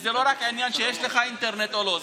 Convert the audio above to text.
שזה לא רק עניין אם יש לך אינטרנט או לא,